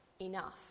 enough